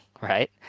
right